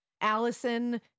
Allison